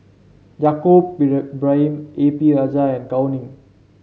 Yaacob Ibrahim A P Rajah and Gao Ning